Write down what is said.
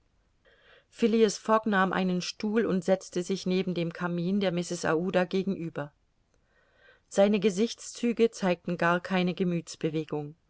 nahm einen stuhl und setzte sich neben dem kamin der mrs aouda gegenüber seine gesichtszüge zeigten gar keine